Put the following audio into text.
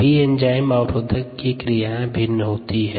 सभी एंजाइम अवरोधक की क्रियाएँ भिन्न होती है